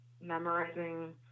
memorizing